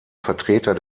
vertreter